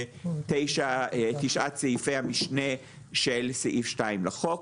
זה 9 סעיפי המשנה של סעיף 2 לחוק.